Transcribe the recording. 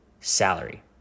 salary